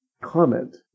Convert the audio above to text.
comment